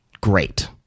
great